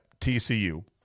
TCU